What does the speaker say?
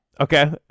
okay